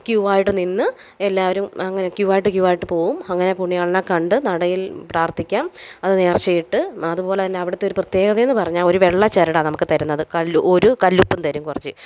Q ആയിട്ട് നിന്ന് എല്ലാവരും അങ്ങനെ ക്യൂ ആയിട്ട് ക്യൂ ആയിട്ട് പോവും അങ്ങനെ പുണ്യാളനെ കണ്ട് നടയിൽ പ്രാർത്ഥിക്കാം അതത് നേർച്ചയിട്ട് അതുപോലെ തന്നെ അവിടുത്തെ ഒരു പ്രത്യേകതയെന്ന് പറഞ്ഞാൽ ഒരു വെള്ള ചരടാണ് നമുക്ക് തരുന്നത് കല്ല് ഒരു കല്ലുപ്പും തരും കുറച്ച്